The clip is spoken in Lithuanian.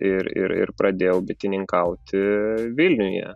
ir ir ir pradėjau bitininkauti vilniuje